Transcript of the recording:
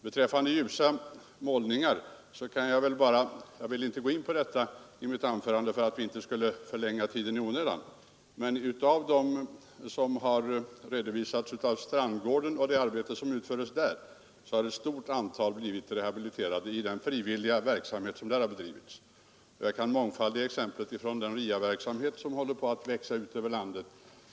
Beträffande ljusa målningar kan jag bara säga — jag ville inte gå in på detta i mitt anförande för att inte förlänga debatten i onödan — att enligt vad som redovisas om resultatet vid Strandgården har ett stort antal människor blivit rehabiliterade i den frivilliga verksamhet som där har bedrivits. Jag kan mångfaldiga exemplen från den RIA-verksamhet som håller på att växa ut över landet.